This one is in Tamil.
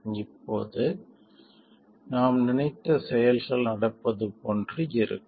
அப்போது நாம் நினைத்த செயல்கள் நடப்பது போன்று இருக்கும்